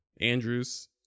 Andrews